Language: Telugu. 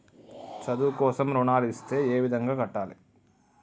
చదువు కోసం రుణాలు ఇస్తే ఏ విధంగా కట్టాలి?